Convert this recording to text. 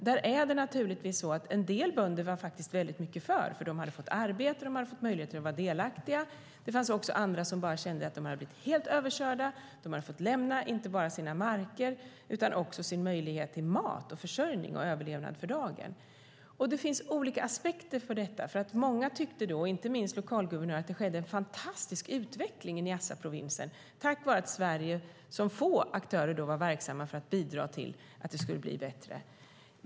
Där var en del bönder väldigt mycket för, eftersom de hade fått arbete och fått möjlighet att vara delaktiga. Men det fanns också andra som kände att de hade blivit helt överkörda. De hade fått lämna inte bara sina marker utan också sin möjlighet till mat, försörjning och överlevnad för dagen. Det finns olika aspekter. Många tyckte - inte minst lokalguvernören - att det skedde en fantastisk utveckling i Niassaprovinsen tack vare att Sverige som en av få aktörer var verksam för att bidra till att det skulle bli bättre.